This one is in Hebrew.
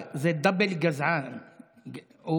אגב, זה דאבל גזענות, הוא